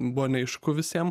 buvo neaišku visiem